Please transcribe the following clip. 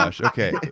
Okay